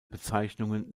bezeichnungen